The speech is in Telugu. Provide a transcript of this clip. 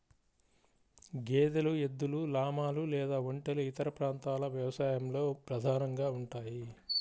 గేదెలు, ఎద్దులు, లామాలు లేదా ఒంటెలు ఇతర ప్రాంతాల వ్యవసాయంలో ప్రధానంగా ఉంటాయి